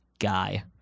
Guy